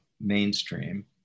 mainstream